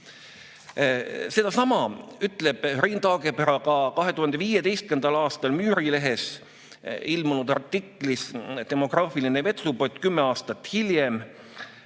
Sedasama ütleb Rein Taagepera ka 2015. aastal Müürilehes ilmunud artiklis "Demograafiline vetsupott kümme aastat hiljem":